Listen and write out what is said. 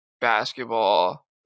basketball